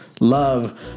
love